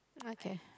okay